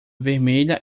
vermelha